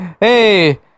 Hey